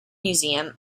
museum